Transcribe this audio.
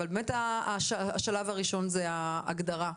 אבל השלב הראשון זאת ההגדרה.